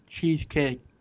cheesecake